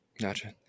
Gotcha